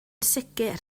sicr